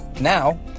Now